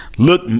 Look